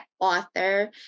author